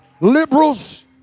liberals